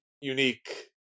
unique